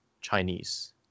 Chinese